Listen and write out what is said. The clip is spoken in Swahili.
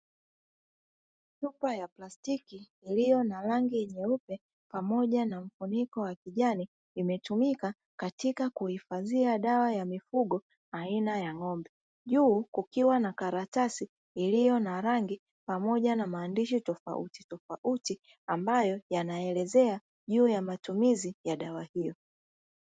Chupa ya plastiki iliyo na rangi nyeupe pamoja na mfuniko wa kijani imetumika katika kuifazia dawa ya mifugo aina ya ng'ombe, juu kukiwa na karatasi iliyo na rangi pamoja na maandishi tofauti tofauti, ambayo yanaelezea juu ya matumizi ya dawa hiyo.